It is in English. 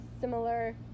similar